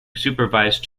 supervised